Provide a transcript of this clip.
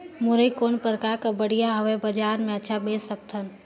मुरई कौन प्रकार कर बढ़िया हवय? बजार मे अच्छा बेच सकन